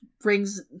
brings